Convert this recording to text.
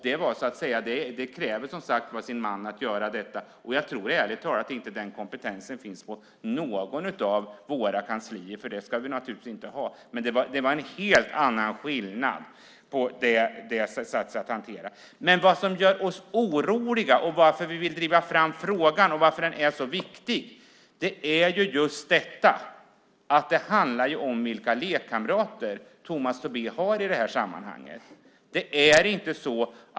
Det kräver som sagt var sin man att göra detta, och jag tror ärligt talat inte att den kompetensen finns på något av våra kanslier, och den ska vi naturligtvis inte heller ha. Men det var ett helt annat hanteringssätt. Vad som gör oss oroliga, varför vi vill driva fram frågan och varför den är så viktig, handlar om vilka lekkamrater Tomas Tobé har i det här sammanhanget.